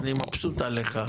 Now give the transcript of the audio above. אני מבסוט עליך.